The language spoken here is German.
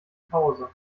pause